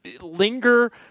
linger